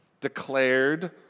declared